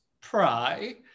pry